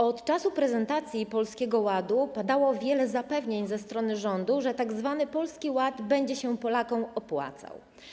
Od czasu prezentacji Polskiego Ładu padało wiele zapewnień ze strony rządu, że tzw. Polski Ład będzie się Polakom opłacał.